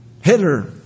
Hitler